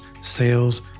sales